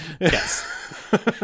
Yes